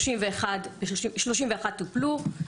31 טופלו,